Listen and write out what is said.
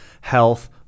health